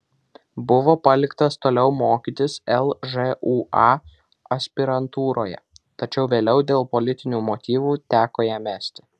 buvo paliktas toliau mokytis lžūa aspirantūroje tačiau vėliau dėl politinių motyvų teko ją mesti